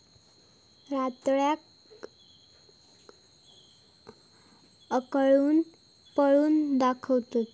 रताळ्याक उकळवून, तळून खातत